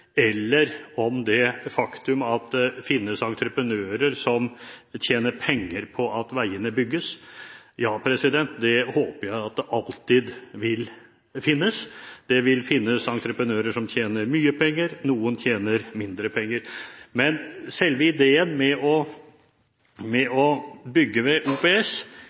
eller om det faktum at det finnes entreprenører som tjener penger på at veiene bygges. Ja, det håper jeg at det alltid vil være. Det vil finnes entreprenører som tjener mye penger. Noen tjener mindre penger. Men selve ideen med å bygge ved hjelp av OPS går ikke bare på rentebiten. Det